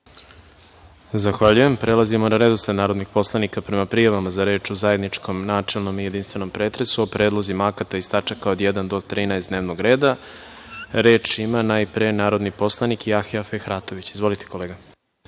Zahvaljujem. Prelazimo na redosled narodnih poslanika prema prijavama za reč u zajedničkom načelnom i jedinstvenom pretresu o predlozima akata iz tačaka od 1. do 13. dnevnog reda. Reč ima narodni poslanik Jahja Fehratović. Izvolite.